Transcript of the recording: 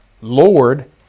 Lord